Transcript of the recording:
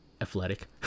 athletic